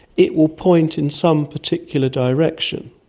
it will point in some particular direction.